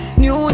new